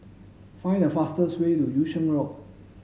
find the fastest way to Yung Sheng Road